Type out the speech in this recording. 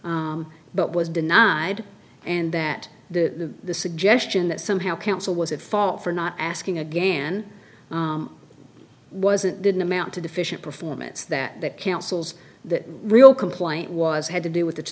but was denied and that the suggestion that somehow counsel was at fault for not asking again wasn't didn't amount to deficient performance that that cancels that real complaint was had to do with th